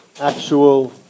actual